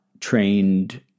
trained